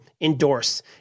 endorse